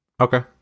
Okay